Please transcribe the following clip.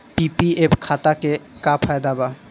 PPF खाता के का फायदा बा?